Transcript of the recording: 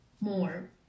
more